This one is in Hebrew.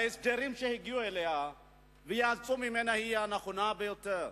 וההסדרים שהגיעו אליהם ויצאו ממנה הם הנכונים ביותר.